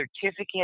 certificate